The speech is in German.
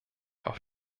auf